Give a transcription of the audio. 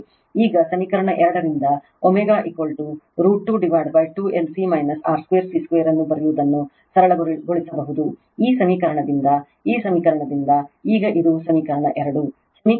ಈಗ ಸಮೀಕರಣ 2 ರಿಂದ ω √22 L C R2 C 2ಅನ್ನು ಬರೆಯುವುದನ್ನು ಸರಳಗೊಳಿಸಬಹುದು ಈ ಸಮೀಕರಣದಿಂದ ಈ ಸಮೀಕರಣದಿಂದ ಈ ಸಮೀಕರಣದಿಂದ ಈಗ ಇದು ಸಮೀಕರಣ 2